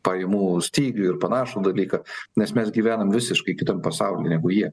pajamų stygių ir panašų dalyką nes mes gyvenam visiškai kitam pasauly negu jie